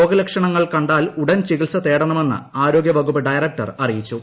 രോഗലക്ഷണങ്ങൾ കണ്ടാൽ ചികിത്സ ഉടൻ തേടണമെന്ന് ആരോഗ്യ വകുപ്പ് ഡയറക്ടർ അറിയിച്ചു